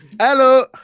Hello